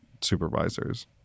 supervisors